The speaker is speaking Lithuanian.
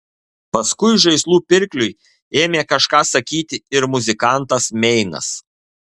paskui žaislų pirkliui ėmė kažką sakyti ir muzikantas meinas